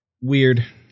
Weird